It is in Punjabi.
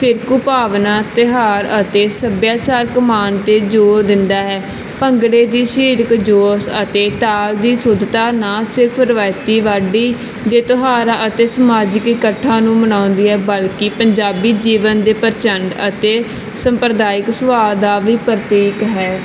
ਫਿਰਕੂ ਭਾਵਨਾ ਤਿਉਹਾਰ ਅਤੇ ਸੱਭਿਆਚਾਰਕ ਮਾਣ 'ਤੇ ਜ਼ੋਰ ਦਿੰਦਾ ਹੈ ਭੰਗੜੇ ਦੀ ਸਰੀਰਿਕ ਜੋਸ਼ ਅਤੇ ਤਾਲ ਦੀ ਸ਼ੁੱਧਤਾ ਨਾ ਸਿਰਫ਼ ਰਵਾਇਤੀ ਵਾਢੀ ਦੇ ਤਿਉਹਾਰ ਅਤੇ ਸਮਾਜਿਕ ਇਕੱਠਾਂ ਨੂੰ ਮਨਾਉਂਦੀ ਹੈ ਬਲਕਿ ਪੰਜਾਬੀ ਜੀਵਨ ਦੇ ਪ੍ਰਚੰਡ ਅਤੇ ਸੰਪਰਦਾਇਕ ਸੁਭਾਅ ਦਾ ਵੀ ਪ੍ਰਤੀਕ ਹੈ